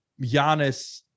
Giannis